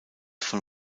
von